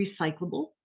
recyclable